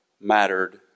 mattered